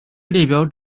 列表